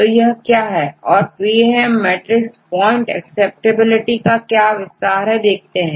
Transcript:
तो यह क्या है औरPAM MATRIX पॉइंट एक्सेप्टेबिलिटी का क्या विस्तार है देखते हैं